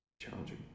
challenging